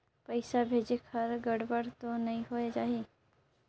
पइसा भेजेक हर गड़बड़ तो नि होए जाही?